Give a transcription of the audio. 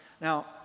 Now